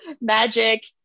magic